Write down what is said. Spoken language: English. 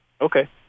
Okay